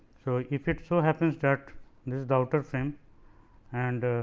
so, if it so, happens that this is the router frame and